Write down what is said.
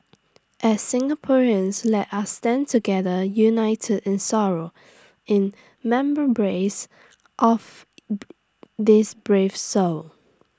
as Singaporeans let us stand together united in sorrow in of these brave souls